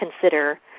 consider